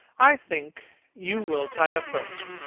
i think you will tire first,